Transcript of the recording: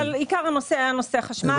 אבל העיקר הוא נושא החשמל.